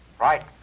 Right